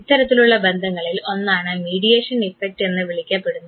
ഇത്തരത്തിലുള്ള ബന്ധങ്ങളിൽ ഒന്നാണ് മീഡിയേഷൻ ഇഫക്ട് എന്ന് വിളിക്കപ്പെടുന്നത്